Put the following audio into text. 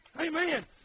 Amen